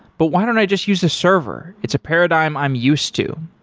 but why don't i just use a server? it's a paradigm i'm used to.